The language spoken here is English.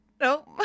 Nope